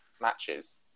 matches